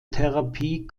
therapie